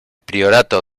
priorato